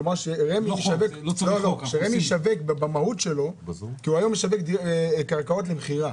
כלומר שרמי ישווק במהות שלו כי הוא היום משווק קרקעות למכירה,